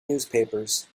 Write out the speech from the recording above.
newspapers